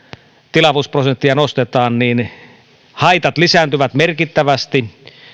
tilavuusprosenttia nostetaan niin haitat lisääntyvät merkittävästi